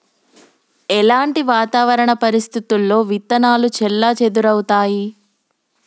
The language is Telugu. ఎలాంటి వాతావరణ పరిస్థితుల్లో విత్తనాలు చెల్లాచెదరవుతయీ?